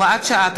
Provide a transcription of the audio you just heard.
הוראת שעה),